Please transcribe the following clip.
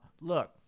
look